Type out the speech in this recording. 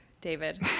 David